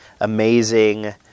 amazing